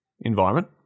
environment